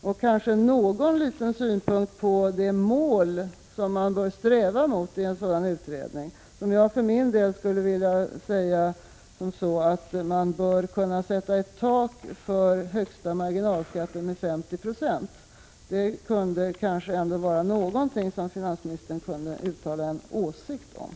Kanske kan vi också få någon liten synpunkt från finansministern beträffande de mål som man i en utredning bör sträva mot? Jag skulle för min del vilja förorda att det sattes ett tak för högsta marginalskatt vid 50 96.